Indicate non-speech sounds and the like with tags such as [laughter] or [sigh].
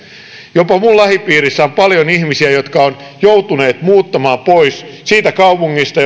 jopa minun lähipiirissäni on paljon ihmisiä jotka ovat joutuneet muuttamaan pois siitä kaupungista [unintelligible]